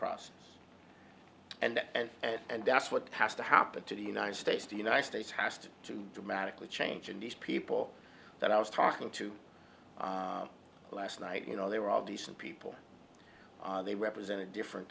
process and and that's what has to happen to the united states the united states has to to dramatically change and these people that i was talking to last night you know they were all decent people they represented different